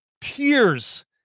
tears